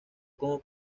como